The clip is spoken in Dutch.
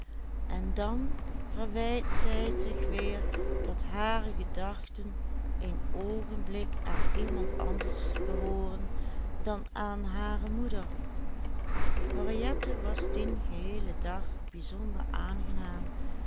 en dan verwijt zij zich weer dat hare gedachten een oogenblik aan iemand anders behooren dan aan hare moeder henriette was dien geheelen dag bijzonder aangenaam